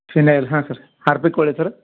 phenyl ಹಾಂ sir Harpic ಕೊಡ್ಲೆ ಸರ